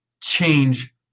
change